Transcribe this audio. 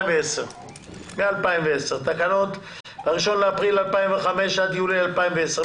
משנת 2010. תקנות מה-1 באפריל 2005 עד יולי 2010,